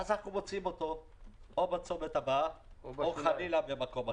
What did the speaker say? ואז אנחנו מוצאים אותו או בצומת הבא או חלילה במקום אחר.